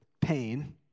pain